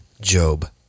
Job